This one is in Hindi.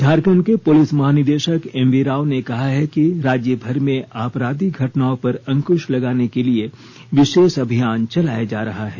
झारखण्ड के पुलिस महानिदेशक एमवी राव ने कहा है कि राज्य भर में आपराधिक घटनाओं पर अंकृश लगाने के लिए विशेष अभियान चलाया जा रहा है